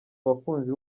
abakunzi